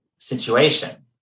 situation